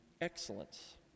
excellence